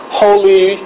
holy